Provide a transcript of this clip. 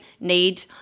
need –